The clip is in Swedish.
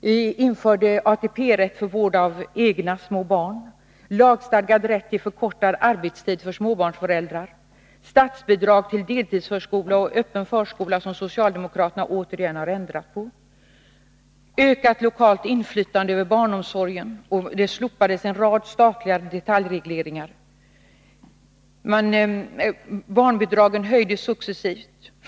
Vi införde ATP-rätt för vård av egna små barn, lagstadgad rätt till förkortad arbetstid för småbarnsföräldrar, statsbidrag till deltidsförskola och öppen förskola — som socialdemokraterna återigen har ändrat — ökat lokalt inflytande över barnomsorgen och slopande av en rad statliga detaljregleringar. Barnbidragen höjdes successivt.